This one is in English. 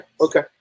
Okay